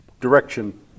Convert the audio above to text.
direction